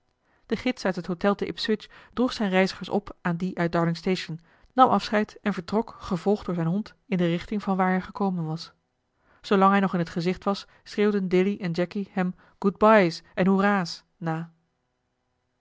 de gids uit het hôtel te ipswich droeg zijne reizigers op aan dien uit darlingstation nam afscheid en vertrok gevolgd door zijn hond in de richting vanwaar hij gekomen was zoolang hij nog in t gezicht was schreeuwden dilly en jacky hem good bye's en hoera's na